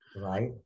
right